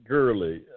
Gurley